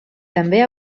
també